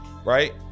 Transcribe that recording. Right